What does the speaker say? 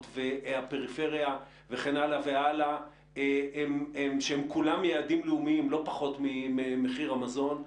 והפריפריה וכן הלאה שכולם יעדים לאומיים ולא פחות ממחיר המזון,